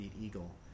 Eagle